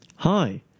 Hi